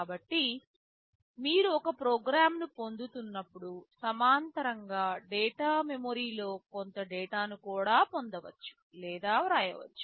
కాబట్టి మీరు ఒక ప్రోగ్రామ్ను పొందుతున్నప్పుడు సమాంతరంగా డేటా మెమరీ లో కొంత డేటాను కూడా పొందవచ్చు లేదా వ్రాయవచ్చు